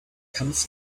comes